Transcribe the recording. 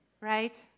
right